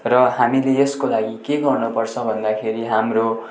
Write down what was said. र हामीले यसको लागि के गर्नपर्छ भन्दाखेरि हाम्रो